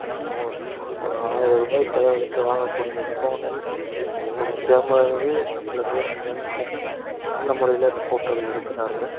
நாம் ஒரு ஒரு ஆயிரம்ரூபாய் செலவழித்து வாங்கக்கூடிய ஃபோனில் இருக்கக்கூடிய கேமராகவே சில பேர் என்னென்ன நல்ல முறையில் அந்த ஃபோட்டோவில் எடுக்கிறார்கள்